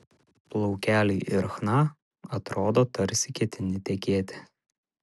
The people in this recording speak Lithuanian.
plaukeliai ir chna atrodo tarsi ketini tekėti